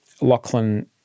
Lachlan